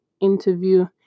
interview